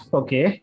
okay